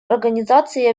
организации